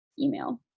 email